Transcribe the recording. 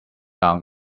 down